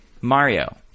Mario